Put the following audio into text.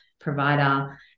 provider